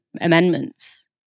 amendments